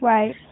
Right